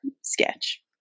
sketch